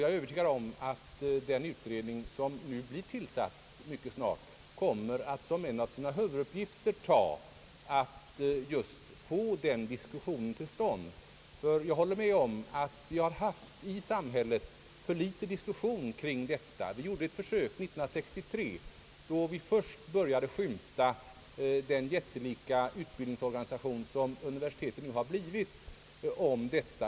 Jag är övertygad om att den utredning, som nu blir tillsatt, mycket snart kommer att såsom en av sina huvuduppgifter ta just den diskussionen. Jag håller med om att vi i samhället har haft för litet diskussion om detta problem. Vi gjorde ett försök 1963, då vi först började skymta den jättelika utbildningsorganisation som universiteten nu har blivit.